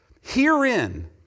herein